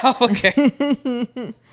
Okay